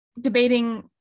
debating